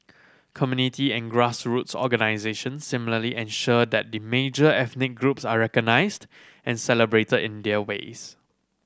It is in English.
community and grassroots organisations similarly ensure that the major ethnic groups are recognised and celebrated in their ways